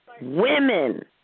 Women